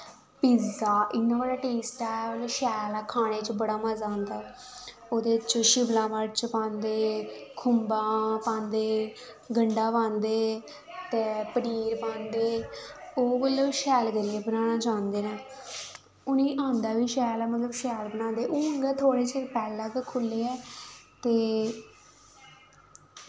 पीज़ां इन्ना ओह्दा टेस्ट ऐ शैल ऐ खानें च बड़ा मज़ा आंदा ऐ ओह्दे च शिमला मर्च पांदे खुम्बां पांदे गंढा पांदे ते पनीर पांदे ओह् मतलव शैल करियै बनाना जानदे नै उनेंगी आंदा बी शैल मतलव शैल बनांदे नै हून गै थोह्ड़े चिर पैह्लैं गै खुल्लेआ ऐ ते